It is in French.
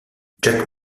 james